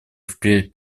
впредь